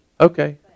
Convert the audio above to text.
Okay